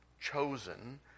chosen